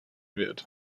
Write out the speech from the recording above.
wird